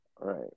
Right